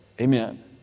Amen